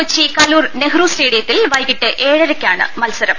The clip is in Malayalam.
കൊച്ചി കലൂർ നെഹ്റു സ്റ്റേഡിയത്തിൽ വൈകിട്ട് ഏഴരക്കാണ് മത്സരം